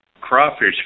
Crawfish